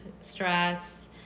stress